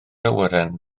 awyren